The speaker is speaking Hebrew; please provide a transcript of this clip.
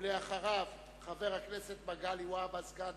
ואחריו, חבר הכנסת מגלי והבה, סגן